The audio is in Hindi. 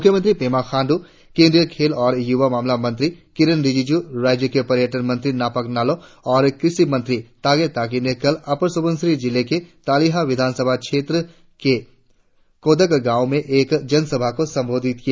मुख्यमंत्री पेमा खांडू केंद्रीय खेल और युवा मामला मंत्री किरेन रिजिजू राज्य के पर्यटन मंत्री नाकप नालो और कृषि मंत्री तागे ताकी ने कल अपर सुबनसिरी जिले के तालिहा विधानसभा क्षेत्र के कोदक गाँव में एक जनसभा को संबोधित किया